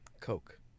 Coke